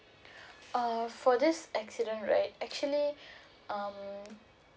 err for this accident right actually um